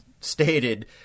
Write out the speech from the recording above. stated